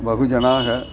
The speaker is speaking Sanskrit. बहवः जनाः